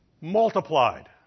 multiplied